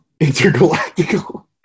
intergalactical